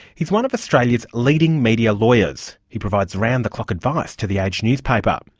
he's one of australia's leading media lawyers. he provides round-the-clock advice to the age newspaper.